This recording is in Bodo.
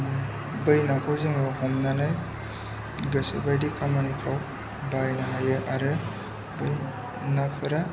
बै नाखौ जोङो हमनानै गोसोबायदि खामानिफोराव बाहायनो हायो आरो बै नाफोरा